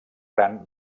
gran